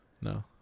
No